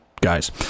guys